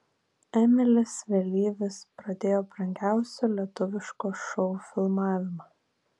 emilis vėlyvis pradėjo brangiausio lietuviško šou filmavimą